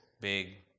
big